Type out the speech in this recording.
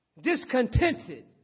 discontented